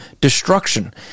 destruction